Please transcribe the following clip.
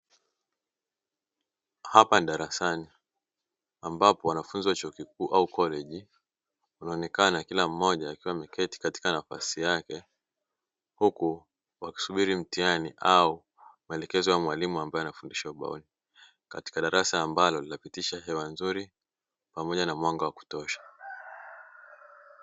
Hapa darasani ambapo wanafunzi wa chuo kikuu au koleji, inaonekana kila mmoja akiwa ameketi katika nafasi yake, huku wakisubiri mtihani au maelekezo ya mwalimu ambaye anafundisha ubaoni katika darasa ambalo linapitisha hewa nzuri pamoja na mwanga wa kutosha.